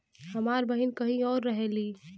हमार बहिन कहीं और रहेली